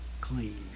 clean